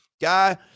guy